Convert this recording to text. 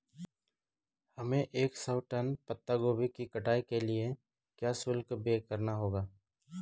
हमें एक सौ टन पत्ता गोभी की कटाई के लिए क्या शुल्क व्यय करना होगा?